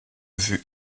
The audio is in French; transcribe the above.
vue